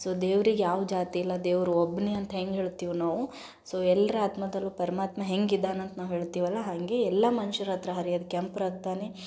so ದೇವ್ರಿಗೆ ಯಾವ ಜಾತಿ ಇಲ್ಲ ದೇವ್ರು ಒಬ್ಬನೇ ಅಂತ ಹೆಂಗೆ ಹೇಳ್ತೀವಿ ನಾವು ಸೊ ಎಲ್ರ ಆತ್ಮದಲ್ಲೂ ಪರಮಾತ್ಮ ಹೆಂಗಿದ್ದಾನಂತ ನಾವು ಹೇಳ್ತೀವಲ್ವ ಹಾಗೇ ಎಲ್ಲ ಮನ್ಷ್ರ ಹತ್ತಿರ ಹರ್ಯೋದ್ ಕೆಂಪು ರಕ್ತವೇ